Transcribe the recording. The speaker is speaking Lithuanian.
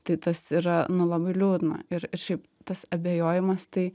tai tas yra nu labai liūdna ir ir šiaip tas abejojimas tai